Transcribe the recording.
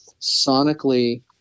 Sonically